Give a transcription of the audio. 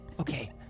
Okay